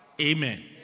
Amen